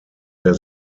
der